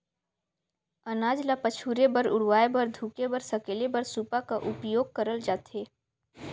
अनाज ल पछुरे बर, उड़वाए बर, धुके बर, सकेले बर सूपा का उपियोग करल जाथे